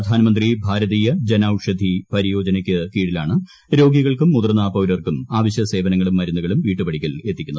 പ്രധാനമന്ത്രി ഭാരതീയ ജനൌഷധി പരിയോജനയ്ക്കു കീഴിലാണ് രോഗികൾക്കും മുതിർന്ന പൌരർക്കും അവശൃ സേവനങ്ങളും മരുന്നുകളും വീട്ടുപടിക്കൽ എത്തിക്കുന്നത്